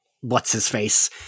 what's-his-face